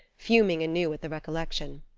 fuming anew at the recollection.